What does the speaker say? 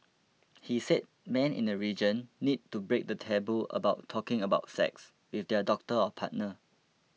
he said men in the region need to break the taboo about talking about sex with their doctor or partner